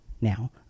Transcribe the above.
now